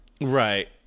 right